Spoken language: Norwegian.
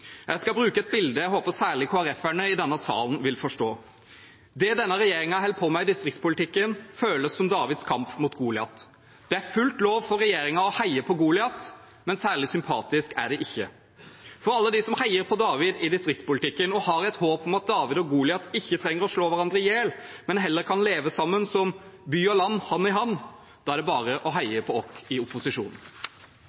Jeg skal bruke et bilde som jeg håper særlig Kristelig Folkeparti-representantene i denne salen vil forstå: Det som denne regjeringen holder på med i distriktspolitikken, føles som Davids kamp mot Goliat. Det er helt lov for regjeringen å heie på Goliat, men særlig sympatisk er det ikke. For alle dem som heier på David i distriktspolitikken, og som har et håp om at David og Goliat ikke trenger å slå hverandre i hjel, men heller kan leve sammen som «by og land – hand i hand», er det bare å heie